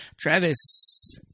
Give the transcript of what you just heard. Travis